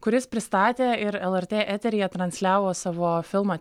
kuris pristatė ir lrt eteryje transliavo savo filmą